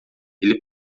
ele